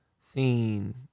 seen